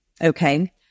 Okay